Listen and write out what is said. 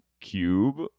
cube